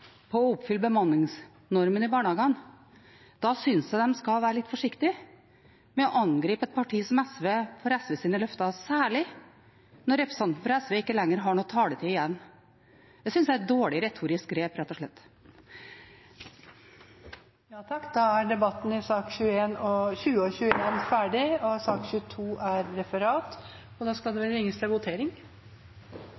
på å oppfylle bemanningsnormen i barnehagene – syns jeg kanskje at de skal være litt forsiktig med å angripe et parti som SV for SVs løfter, særlig når representanten fra SV ikke lenger har noe taletid igjen. Det syns jeg er et dårlig retorisk grep, rett og slett. Flere har ikke bedt om ordet til sakene nr. 20 og 21. Da er